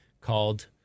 called